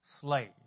slave